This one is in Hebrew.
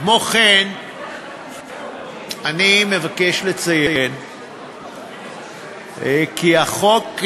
כמו כן אני מבקש לציין כי החוק,